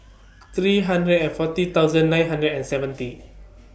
three hundred and forty thousand nine hundred and seventy